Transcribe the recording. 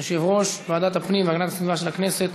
יושב-ראש ועדת הפנים והגנת הסביבה של הכנסת